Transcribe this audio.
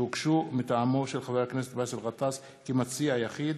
שהוגשו מטעמו של חבר הכנסת באסל גטאס כמציע יחיד,